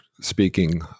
speaking